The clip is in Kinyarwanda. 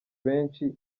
benshi